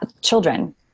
children